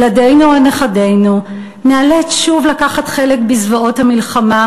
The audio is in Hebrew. ילדינו או נכדינו לא ניאלץ שוב לקחת חלק בזוועות המלחמה